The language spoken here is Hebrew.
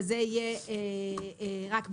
אבל זה יהיה רק בהודעה.